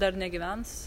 dar negyvenus